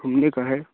घूमने का है